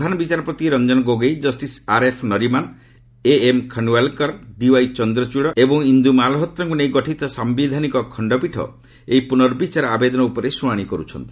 ପ୍ରଧାନ ବିଚାରପତି Ranjan Gogoi justice R F Nariman A M Khanwilkar D Y Chandrachud ଏବଂ ଇନ୍ଦୁ ମାଲ୍ହୋତ୍ରାଙ୍କୁ ନେଇ ଗଠିତ ସାମ୍ବିଧାନିକ ଖଣ୍ଡପୀଠ ଏହି ପୁନର୍ବିଚାର ଆବେଦନ ଉପରେ ଶୁଣାଣି କର୍ତ୍ଥନ୍ତି